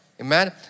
Amen